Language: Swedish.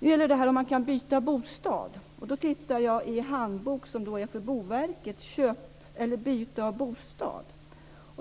Nu gäller detta om man kan byta bostad. Jag tittar i en handbok från Boverket. Det gäller köp eller byte av bostad.